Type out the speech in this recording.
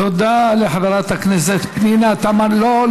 תודה לחברת הכנסת פנינה תמנו-שטה.